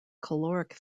caloric